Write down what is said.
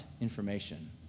information